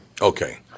Okay